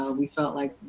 ah we felt like,